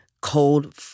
cold